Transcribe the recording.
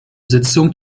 sitzung